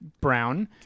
brown